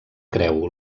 creu